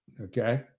Okay